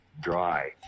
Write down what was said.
dry